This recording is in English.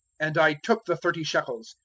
and i took the thirty shekels,